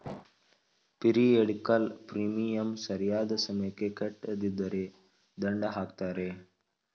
periodical premium ಸರಿಯಾದ ಸಮಯಕ್ಕೆ ಕಟ್ಟದಿದ್ದರೆ ದಂಡ ಹಾಕ್ತರೆ